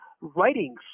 writings